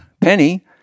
Penny